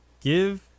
Give